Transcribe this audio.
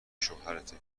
شوهرته